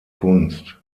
kunst